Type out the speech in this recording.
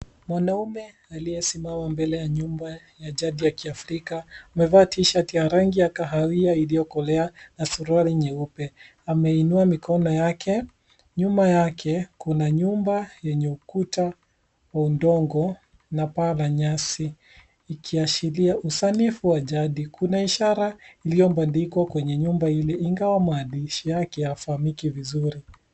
Mwanaume aliyesimama mbele nyumba ya jadi ya kiafrika amevaa t-shirt ya rangi ya kahawia iliyokolea na suruali nyeupe. Ameinua mikono yake. Nyuma yake kuna nyumba yenye ukuta wa udongo na paa la nyasi ikiashiria usanifu wa jadi. Kuna ishara iliyobandikwa kwenye nyumba ile ingawa mwadhishi yake hafaamiki vizuri.